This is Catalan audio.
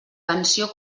pensió